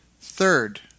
Third